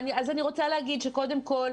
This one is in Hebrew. קודם כול,